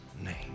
name